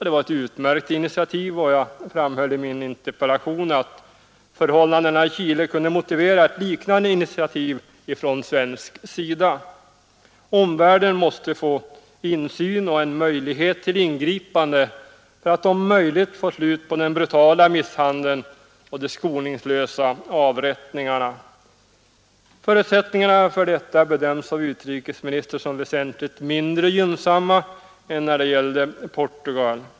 Det var ett utmärkt initiativ, och jag framhöll i min interpellation att förhållandena i Chile kunde motivera ett liknande initiativ från svensk sida. Omvärlden måste få insyn och en möjlighet till ingripande för att om möjligt få slut på den brutala misshandeln och de skoningslösa avrättningarna. Förutsättningarna för detta bedöms av utrikesministern som väsentligt mindre gynnsamma än när det gällde Portugal.